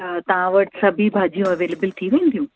हा तव्हां वटि सभी भाॼियूं अवेलेबल थी वेंदियूं